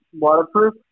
waterproof